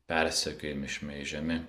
persekiojami šmeižiami